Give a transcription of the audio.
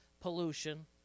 pollution